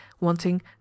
wanting